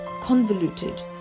convoluted